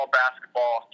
basketball